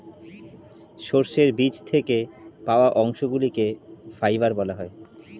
সর্ষের বীজ থেকে পাওয়া অংশগুলিকে ফাইবার বলা হয়